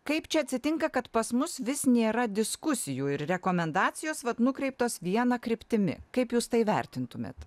kaip čia atsitinka kad pas mus vis nėra diskusijų ir rekomendacijos vat nukreiptos viena kryptimi kaip jūs tai vertintumėt